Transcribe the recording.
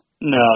No